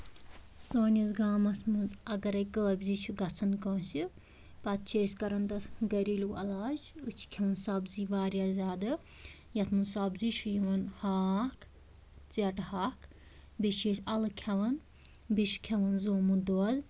سٲنِس گامَس منٛز اَگرٕے کٲبزِ چھِ گژھن کٲنسہِ پَتہٕ چھِ أسۍ کران تَتھ گریلو علاج أسۍ چھِ کھٮ۪وان سَبزی واریاہ زیادٕ یَتھ منٛز سَبزی چھُ یِوان ہاکھ ژیٹہٕ ہاکھ بیٚیہِ چھِ أسۍ اَلہٕ کھٮ۪وان بیٚیہِ چھِ کھٮ۪وان زومُت دۄد